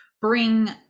bring